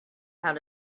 how